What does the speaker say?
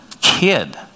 kid